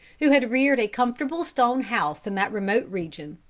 who had reared a comfortable stone house in that remote region,